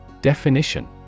Definition